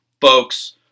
folks